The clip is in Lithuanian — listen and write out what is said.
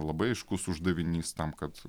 labai aiškus uždavinys tam kad